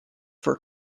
for